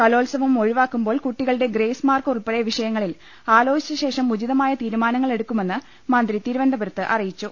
കലോത്സവം ഒഴിവാക്കുമ്പോൾ കുട്ടി കളുടെ ഗ്രേസ് മാർക്ക് ഉൾപ്പെടെ വിഷയങ്ങളിൽ ആലോചിച്ച ശേഷം ഉചിതമായ തീരുമാനങ്ങളെടുക്കുമെന്ന് മന്ത്രി തിരുവനന്ത പുരത്ത് അറിയിച്ചു